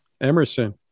Emerson